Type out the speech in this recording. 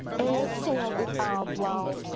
exhale it out loudly,